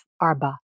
Arba